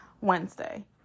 Wednesday